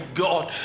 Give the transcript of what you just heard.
god